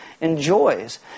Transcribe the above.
enjoys